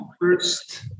first